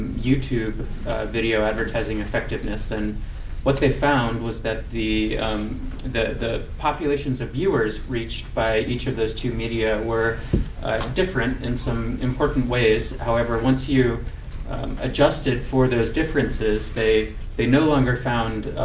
youtube video advertising effectiveness. and what they found was that the that the populations of viewers reached by each of those two media were different in some important ways. however, once you adjusted for those differences, they they no longer found